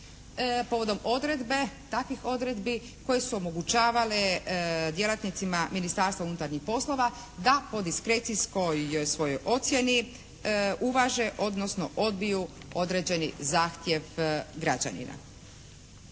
povodom odredbe, takvih odredbi koje su omogućavale djelatnicima Ministarstva unutarnjih poslova da po diskrecijskoj svojoj ocjeni uvaže odnosno odbiju određeni zahtjev građanina.